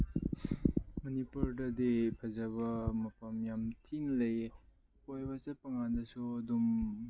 ꯃꯅꯤꯄꯨꯔꯗꯗꯤ ꯐꯖꯕ ꯃꯐꯝ ꯌꯥꯝ ꯊꯤꯅ ꯂꯩꯌꯦ ꯀꯣꯏꯕ ꯆꯠꯄꯀꯥꯟꯗꯁꯨ ꯑꯗꯨꯝ